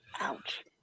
Ouch